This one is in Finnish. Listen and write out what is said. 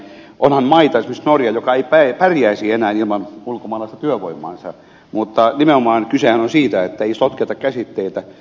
onhan maita esimerkiksi norja joka ei pärjäisi enää ilman ulkomaalaista työvoimaansa mutta kysehän on nimenomaan siitä että ei sotketa käsitteitä